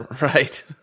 Right